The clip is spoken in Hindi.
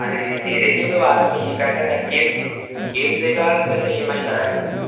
अरे तेरे लिए कोई बात नहीं है कैसा का कैश कैश देगा कि ई एम आई कराएगा